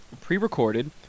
pre-recorded